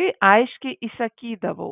kai aiškiai įsakydavau